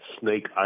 snake